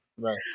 Right